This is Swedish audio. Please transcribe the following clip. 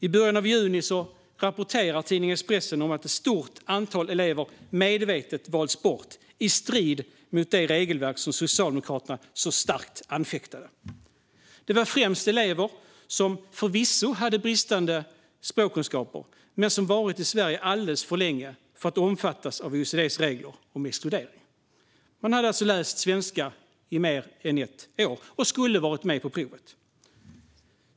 I början av juni rapporterade tidningen Expressen om att ett stort antal elever medvetet valts bort i strid med det regelverk som Socialdemokraterna så starkt förfäktade. Det var främst elever som förvisso hade bristande språkkunskaper men som hade varit i Sverige alldeles för länge för att omfattas av OECD:s regler om exkludering. Man hade alltså läst svenska i mer än ett år och skulle ha varit med på provet.